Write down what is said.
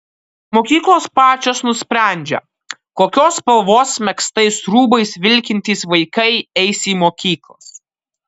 mokyklos pačios nusprendžia kokios spalvos megztais rūbais vilkintys vaikai eis į mokyklas